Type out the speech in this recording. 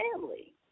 family